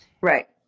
Right